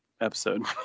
episode